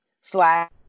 slash